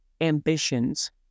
ambitions